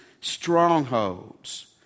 strongholds